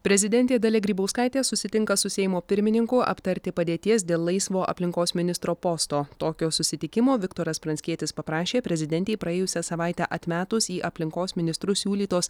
prezidentė dalia grybauskaitė susitinka su seimo pirmininku aptarti padėties dėl laisvo aplinkos ministro posto tokio susitikimo viktoras pranckietis paprašė prezidentei praėjusią savaitę atmetus į aplinkos ministrus siūlytos